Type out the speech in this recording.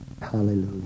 Hallelujah